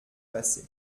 passé